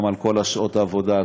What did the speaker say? גם על שעות העבודה,